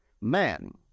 Man